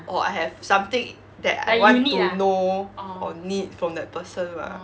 or I have something that I want to know or need from that person lah